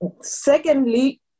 Secondly